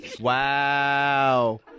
Wow